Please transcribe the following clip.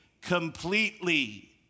completely